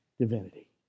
divinity